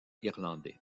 irlandais